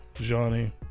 Johnny